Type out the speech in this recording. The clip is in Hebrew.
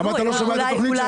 למה אתה לא שומע את התוכנית שלה?